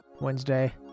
Wednesday